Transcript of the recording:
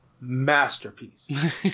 Masterpiece